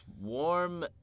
warm